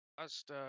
Last